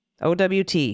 OWT